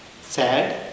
sad